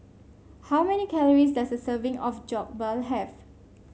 how many calories does a serving of Jokbal have